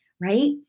right